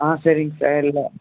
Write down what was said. ஆ சரிங்க சார் இல்லை